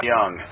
Young